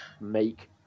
make